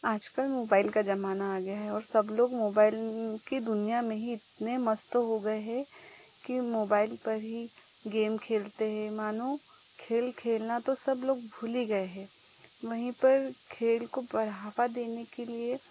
आज कल मोबाइल का ज़माना आ गया है और सब लोग मोबाइल की दुनिया में ही इतने मस्त हो गए हैं कि मोबाइल पर ही गेम खेलते हैं मानो खेल खेलना तो सब लोग भूल ही गए हैं वही पर खेल को बढ़ावा देने के लिए